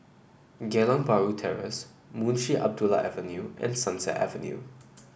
Geylang Bahru Terrace Munshi Abdullah Avenue and Sunset Avenue